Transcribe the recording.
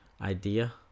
idea